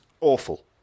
awful